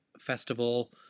festival